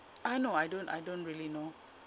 uh no I don't I don't really know